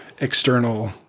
external